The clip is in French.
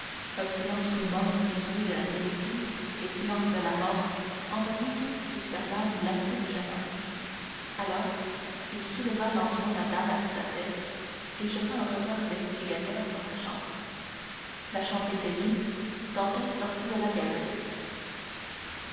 un silence plus morne que celui de la solitude le silence de la mort envahit tout jusqu'à l'âme glacée du jeune homme alors il souleva lentement la dalle avec sa tête et jeta un regard investigateur dans la chambre la chambre était vide dantès sortit de la galerie